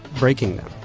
breaking them.